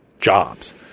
jobs